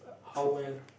how well